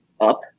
up